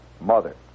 mother